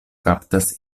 kaptas